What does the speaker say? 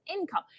income